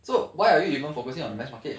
so why are you even focusing on mass market